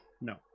No